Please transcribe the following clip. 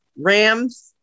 Rams